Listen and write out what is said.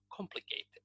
Complicated